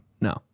No